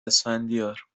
اسفندیار